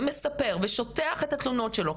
מספר ושוטח את התלונות שלו,